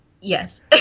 Yes